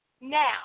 now